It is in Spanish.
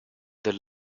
del